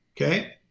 Okay